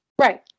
Right